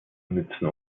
nützen